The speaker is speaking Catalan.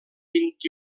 vint